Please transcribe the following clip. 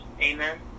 Amen